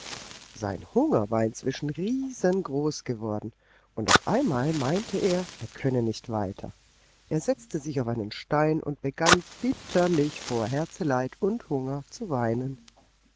sein hunger war inzwischen riesengroß geworden und auf einmal meinte er er könne nicht weiter er setzte sich auf einen stein und begann bitterlich vor herzeleid und hunger zu weinen